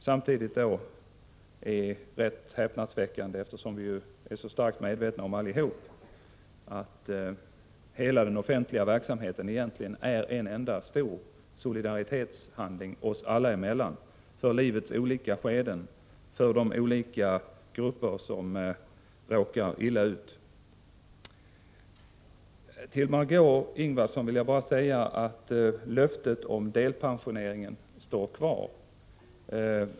Detta är rätt häpnadsväckande, eftersom vi ju alla är så starkt medvetna om att hela den offentliga verksamheten egentligen är en enda stor solidaritetshandling oss alla emellan för livets olika skeden och för de olika grupper som råkar illa ut. Till Margö Ingvardsson vill jag bara säga att löftet om delpensioneringen står kvar.